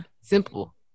simple